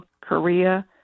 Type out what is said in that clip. Korea